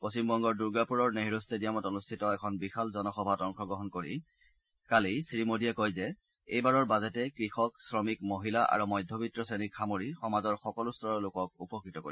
পশ্চিমবংগৰ দুৰ্গাপুৰৰ নেহেৰু ট্টেডিয়ামত অনুষ্ঠিত এখন বিশাল জনসভাত অংশগ্ৰহণ কৰি কালি শ্ৰীমোডীয়ে কয় যে এইবাৰৰ বাজেটে কৃষক শ্ৰমিক মহিলা আৰু মধ্যবিত্ত শ্ৰেণীক সামৰি সমাজৰ সকলো স্তৰৰ লোকক উপকৃত কৰিব